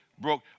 Broke